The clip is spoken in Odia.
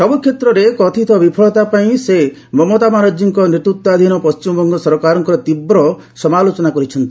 ସବୁ କ୍ଷେତ୍ରରେ କଥିତ ବିଫଳତା ପାଇଁ ସେ ମମତା ବାନାର୍ଜୀଙ୍କ ନେତୃତ୍ୱାଧୀନ ପଣ୍ଟିମବଙ୍ଗ ସରକାରଙ୍କ ତୀବ୍ର ସମାଲୋଚନା କରିଛନ୍ତି